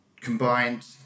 combined